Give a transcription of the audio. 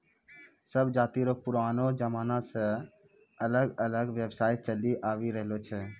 सब जाति रो पुरानो जमाना से अलग अलग व्यवसाय चलि आवि रहलो छै